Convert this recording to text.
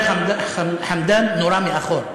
הבחור ח'יר חמדאן נורה מאחור,